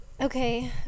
Okay